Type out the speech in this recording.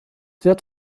wird